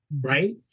Right